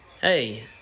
Hey